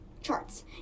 charts